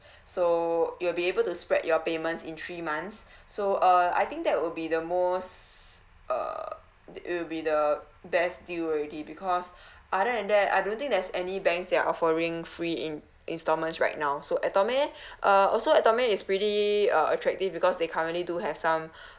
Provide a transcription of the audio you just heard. so you'll be able to spread your payments in three months so uh I think that will be the most uh that will be the best deal already because other than that I don't think there's any banks they're offering free in instalments right now so atome uh also atome is really uh attractive because they currently do have some